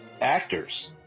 actors